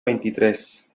veintitrés